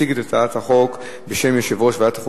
יציג את הצעת החוק בשם יושב-ראש ועדת חוקה,